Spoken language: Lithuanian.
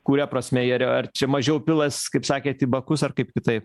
kuria prasme jie rea ar čia mažiau pilas kaip sakėt į bakus ar kaip kitaip